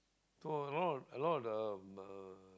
so a lot of a lot of them uh